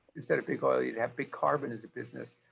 instead of big oil you'd have big carbon as a business.